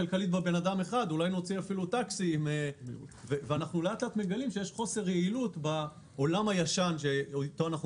אנחנו לאט לאט מגלים שיש חוסר יעילות בעולם הישן שאיתו אנחנו